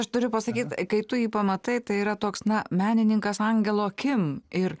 aš turiu pasakyt kai tu jį pamatai tai yra toks na menininkas angelo akim ir